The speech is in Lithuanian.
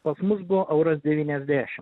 pas mus buvo euras devyniasdešim